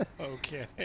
Okay